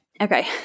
Okay